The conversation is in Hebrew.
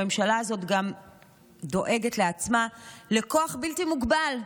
הממשלה הזאת גם דואגת לעצמה לכוח בלתי מוגבל.